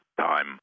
time